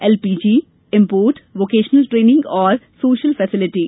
LPG import vocational training और social facility